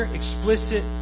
explicit